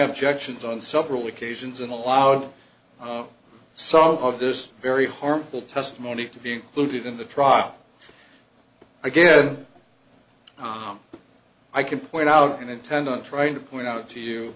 objections on several occasions and allowed some of this very harmful testimony to be included in the trial again oh i can point out and intend on trying to point out to